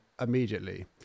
immediately